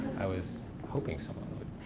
i was hoping someone would.